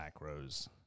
macros